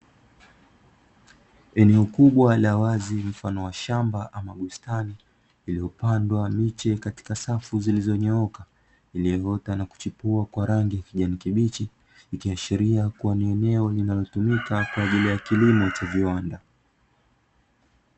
Eneo kubwa la wazi mfano wa shamba ama bustani iliopandwa miche katika safu zilizonyooka iliyoota na kuchipua kwa rangi ya kijani kibichi ikiashiria kuwa ni eneo linalotumika kwaajili ya kilimo cha viwanda.